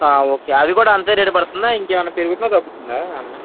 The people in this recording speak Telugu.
ఓకే అది కూడా అంతే రేటు పడుతుందా ఇంకేమైనా పెరుగుతుందా తగ్గుతుందా అన్న